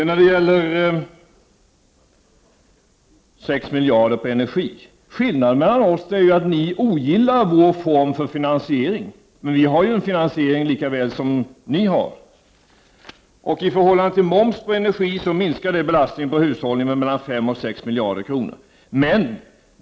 När det gäller 6 miljarder på energi, skillnaden mellan oss är att ni ogillar vår form av finansiering. Vi har dock en finansiering lika väl som ni. I förhållande till moms på energi, så minskar den belastningen på hushållen med mellan 5 och 6 miljarder kronor.